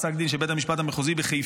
פסק דין של בית המשפט המחוזי בחיפה,